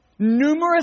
numerous